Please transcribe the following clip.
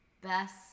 best